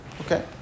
Okay